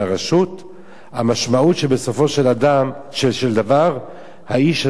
המשמעות היא שבסופו של דבר האיש הזה נרצח.